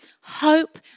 hope